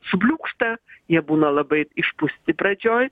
subliūkšta jie būna labai išpūsti pradžioj